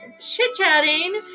chit-chatting